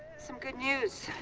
some good news.